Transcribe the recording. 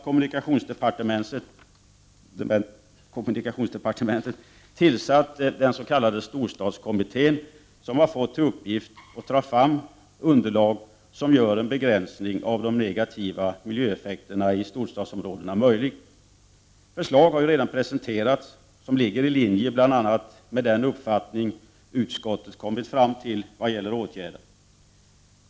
Kommunikationsdepartementet har tillsatt den s.k. storstadstrafikkommittén, som fått till uppgift att ta fram underlag som gör en begränsning av de negativa miljöeffekterna i storstadsområdena möjlig. Förslag har redan presenterats som ligger i linje bl.a. med den uppfattning utskottet kommit fram till när det gäller åtgärder.